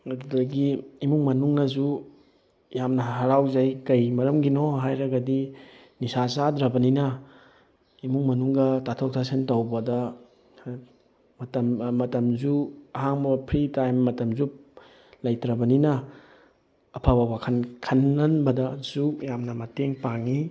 ꯑꯗꯨꯗꯒꯤ ꯏꯃꯨꯡ ꯃꯅꯨꯡꯅꯁꯨ ꯌꯥꯝꯅ ꯍꯔꯥꯎꯖꯩ ꯀꯩ ꯃꯔꯝꯒꯤꯅꯣ ꯍꯥꯏꯔꯒꯗꯤ ꯅꯤꯁꯥ ꯆꯥꯗ꯭ꯔꯕꯅꯤꯅ ꯏꯃꯨꯡ ꯃꯅꯨꯡꯒ ꯇꯥꯊꯣꯛ ꯇꯥꯁꯤꯟ ꯇꯧꯕꯗ ꯃꯇꯝ ꯃꯇꯝꯁꯨ ꯑꯍꯥꯡꯕ ꯐ꯭ꯔꯤ ꯇꯥꯏꯝ ꯃꯇꯝꯁꯨ ꯂꯩꯇ꯭ꯔꯕꯅꯤꯅ ꯑꯐꯕ ꯋꯥꯈꯜ ꯈꯜꯍꯟꯕꯗꯁꯨ ꯌꯥꯝꯅ ꯃꯇꯦꯡ ꯄꯥꯡꯉꯤ